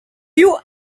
you